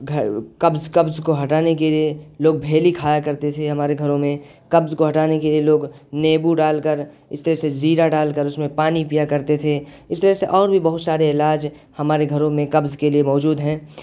قبض قبض کو ہٹانے کے لیے لوگ بھیلی کھایا کرتے تھے ہمارے گھروں میں قبض کو ہٹانے کے لیے لوگ نیبو ڈال کر اس طرح سے زیرہ ڈال کر اس میں پانی پیا کرتے تھے اس طرح سے اور بھی بہت سارے علاج ہمارے گھروں میں قبض کے لیے موجود ہیں